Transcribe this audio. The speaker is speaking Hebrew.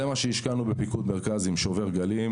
זה מה שהשקענו בפיקוד מרכז עם שובר גלים,